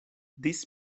this